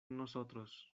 nosotros